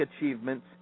achievements